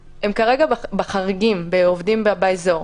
בחריגים, בעובדים באזור.